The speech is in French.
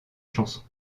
chansons